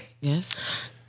Yes